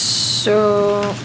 so